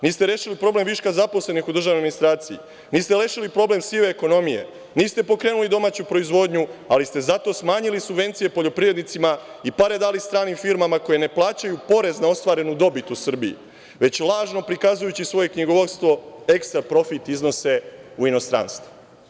Niste rešili problem viška zaposlenih u državnoj administraciji, niste rešili problem sive ekonomije, niste pokrenuli domaću proizvodnju, ali ste zato smanjili subvencije poljoprivrednicima i pare dali stranim firmama koje ne plaćaju porez na ostvarenu dobit u Srbiji, već lažno prikazujući svoje knjigovodstvo, ekstra profit iznose u inostranstvo.